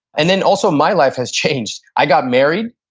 and then also my life has changed. i got married,